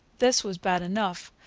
this was bad enough.